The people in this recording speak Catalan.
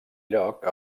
lloc